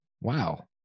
Wow